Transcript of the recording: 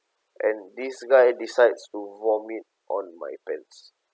and this guy decides to vomit on my pants